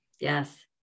Yes